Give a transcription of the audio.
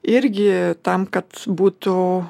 irgi tam kad būtų